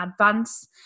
advance